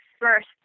first